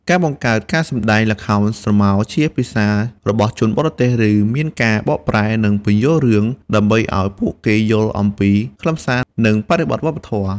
ការបង្កើតការសម្តែងល្ខោនស្រមោលជាភាសារបស់ជនបរទេស ឬមានការបកប្រែ និងពន្យល់រឿង ដើម្បីឲ្យពួកគេយល់អំពីខ្លឹមសារនិងបរិបទវប្បធម៌។